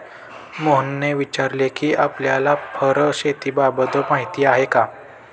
मोहनने विचारले कि आपल्याला फर शेतीबाबत माहीती आहे का?